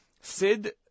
Sid